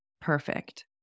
perfect